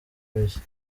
bishya